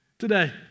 Today